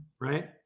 Right